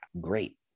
great